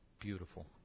beautiful